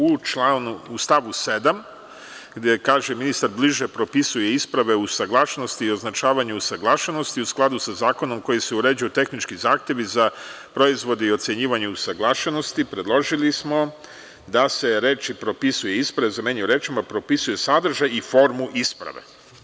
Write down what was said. U stavu 7. gde kaže ministar: „bliže propisuje isprave usaglašenosti i označavanja usaglašenosti, u skladu sa zakonom kojim se uređuju tehnički zahtevi za proizvode i ocenjivanje usaglašenosti“, predložili smo da se reči: „propisuje isprave“, zamenjuju rečima: „propisuje sadržaj i formu isprave“